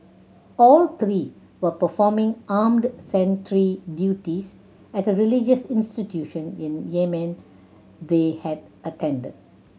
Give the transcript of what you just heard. all three were performing armed sentry duties at a religious institution in Yemen they had attended